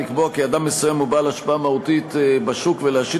לקבוע כי אדם מסוים הוא בעל השפעה מהותית בשוק ולהשית